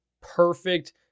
perfect